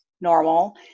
normal